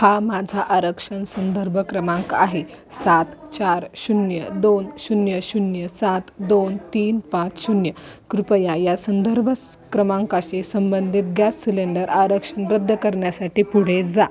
हा माझा आरक्षण संदर्भ क्रमांक आहे सात चार शून्य दोन शून्य शून्य सात दोन तीन पाच शून्य कृपया या संदर्भस् क्रमांकाशी संबंधित गॅस सिलेंडर आरक्षण रद्द करण्यासाठी पुढे जा